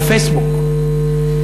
בפייסבוק,